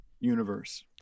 universe